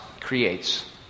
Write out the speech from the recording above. creates